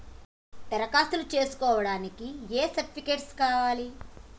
దరఖాస్తు చేస్కోవడానికి ఏ సర్టిఫికేట్స్ కావాలి?